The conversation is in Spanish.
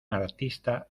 artista